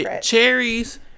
cherries